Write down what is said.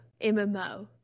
MMO